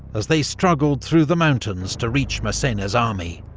as they struggled through the mountains to reach massena's army.